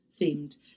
themed